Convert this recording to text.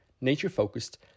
nature-focused